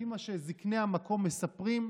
לפי מה שזקני המקום מספרים,